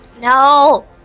No